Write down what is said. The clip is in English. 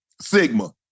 Sigma